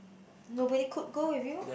nobody could go with you